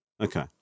Okay